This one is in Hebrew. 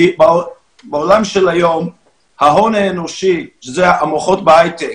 כי בעולם של היום ההון האנושי שזה המוחות בהייטק,